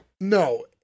No